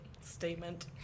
statement